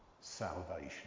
salvation